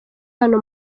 hano